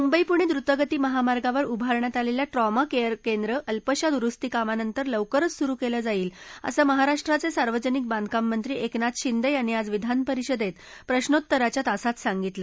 मुंबई पुणे ट्वतगती महामार्गावर उभारण्यात आलेल्या ट्रॉमा केअर केंद्र अल्पशा दुरुस्ती कामानंतर लवकरच सुरु केलं जाईल असं महाराष्ट्राचे सार्वजनिक बांधकाम मंत्री एकनाथ शिंदे यांनी आज विधानपरिषदेत प्रश्नोत्तराच्या तासात सांगितलं